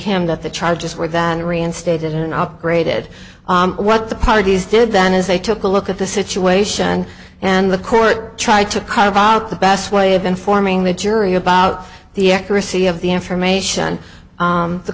him that the charges were that reinstated and upgraded what the parties did then as they took a look at the situation and the court tried to carve out the best way of informing the jury about the accuracy of the information